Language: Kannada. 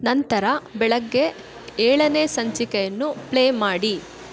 ನಂತರ ಬೆಳಗ್ಗೆ ಏಳನೇ ಸಂಚಿಕೆಯನ್ನು ಪ್ಲೇ ಮಾಡಿ